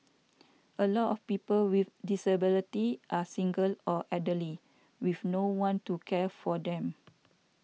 a lot of people with disabilities are single or elderly with no one to care for them